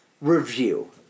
review